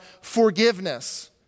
forgiveness